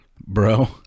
bro